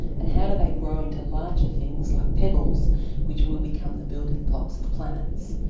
and how do they grow into larger things like pebbles which will become the building blocks of planets?